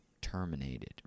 terminated